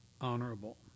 honorable